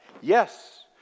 Yes